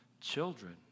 children